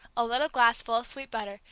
a little glass full of sweet butter,